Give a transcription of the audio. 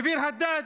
בביר הדאג',